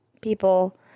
people